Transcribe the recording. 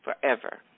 forever